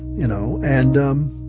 you know? and um